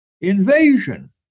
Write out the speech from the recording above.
invasion